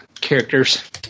characters